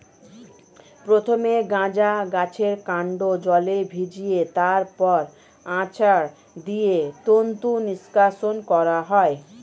প্রথমে গাঁজা গাছের কান্ড জলে ভিজিয়ে তারপর আছাড় দিয়ে তন্তু নিষ্কাশণ করা হয়